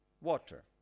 water